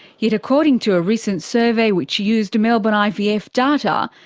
yet according to a recent survey which used melbourne ivf yeah ivf data,